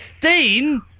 Dean